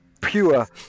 pure